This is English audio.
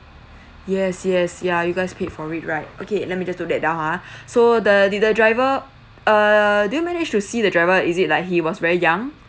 yes yes ya you guys pay for it right okay let me just note that down ah so the did the driver err do you managed to see the driver is it like he was very young